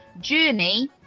Journey